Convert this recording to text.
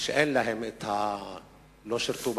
שלא שירתו בצבא,